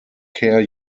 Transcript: care